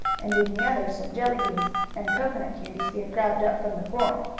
and in the other some jelly beans and coconut candies he had grabbed up from the floor.